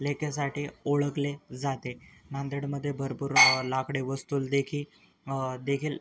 लेक्यासाठी ओळखले जाते नांदेडमध्ये भरपूर लाकडी वस्तूला देखी देखील